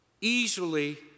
easily